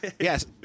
yes